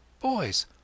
boys